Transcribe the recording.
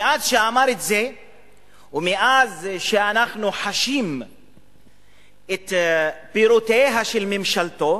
מאז אמר את זה ואנחנו חשים את פירותיה של ממשלתו